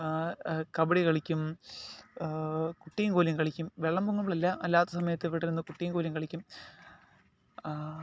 കബഡി കളിക്കും കുട്ടിയും കോലും കളിക്കും വെള്ളം പൊങ്ങുമ്പോഴില്ല അല്ലാത്ത സമയത്ത് ഇവിടെയിരുന്ന് കുട്ടിയും കോലും കളിക്കും